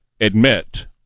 admit